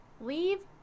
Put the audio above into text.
Leave